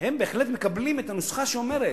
הם בהחלט מקבלים את הנוסחה שאומרת: